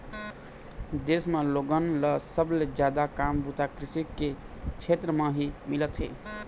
देश म लोगन ल सबले जादा काम बूता कृषि के छेत्र म ही मिलत हे